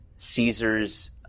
caesar's